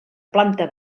planta